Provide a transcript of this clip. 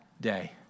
day